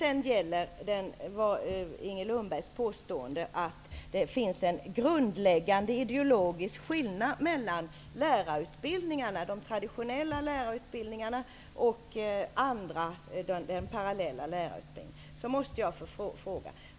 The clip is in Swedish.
Vidare har vi Inger Lundbergs påstående att det finns en grundläggande ideologisk skillnad mellan de traditionella lärarutbildningarna och parallellärarutbildningen.